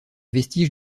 vestiges